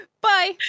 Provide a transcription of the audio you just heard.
Bye